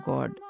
God